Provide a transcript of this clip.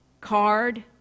card